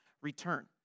return